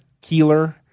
Keeler